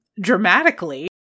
dramatically